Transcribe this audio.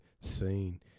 seen